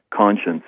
conscience